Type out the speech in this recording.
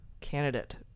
candidate